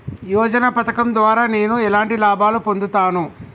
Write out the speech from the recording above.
యోజన పథకం ద్వారా నేను ఎలాంటి లాభాలు పొందుతాను?